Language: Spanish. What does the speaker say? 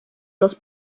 los